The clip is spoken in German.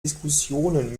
diskussionen